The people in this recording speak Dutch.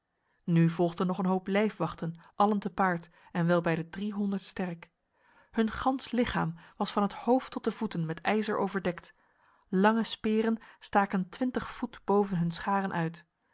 nu volgde nog een hoop lijfwachten allen te paard en wel bij de driehonderd sterk hun gans lichaam was van het hoofd tot de voeten met ijzer overdekt lange speren staken twintig voet boven hun scharen uit